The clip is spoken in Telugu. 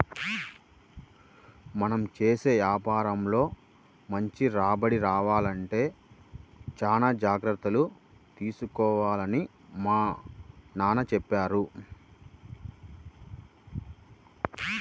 మనం చేసే యాపారంలో మంచి రాబడి రావాలంటే చానా జాగర్తలు తీసుకోవాలని మా నాన్న చెప్పారు